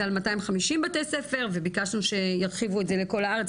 זה על 250 בתי ספר וביקשנו שירחיבו את זה לכל הארץ,